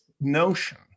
notion